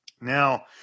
Now